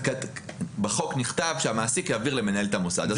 בחוק נכתב שהמעסיק יעביר למנהלת המוסד.